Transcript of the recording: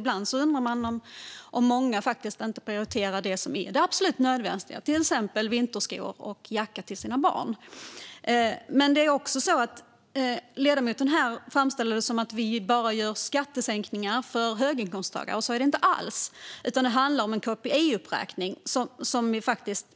Ibland undrar jag om många faktiskt inte prioriterar det som är det absolut nödvändigaste, till exempel vinterskor och jacka till sina barn. Ledamoten framställer det som att vi bara gör skattesänkningar för höginkomsttagare. Så är det inte alls. Det handlar om en KPI-uppräkning som faktiskt